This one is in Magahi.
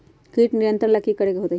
किट नियंत्रण ला कि करे के होतइ?